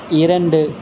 இரண்டு